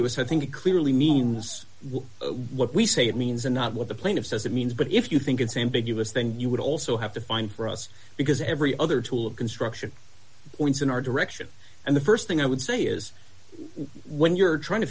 s i think it clearly means what we say it means and not what the plain of says it means but if you think it's ambiguous then you would also have to find for us because every other tool of construction points in our direction and the st thing i would say is when you're trying to